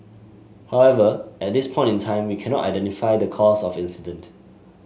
however at this point in time we cannot identify the cause of incident